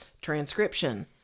transcription